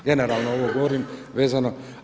Generalno ovo govorim vezano.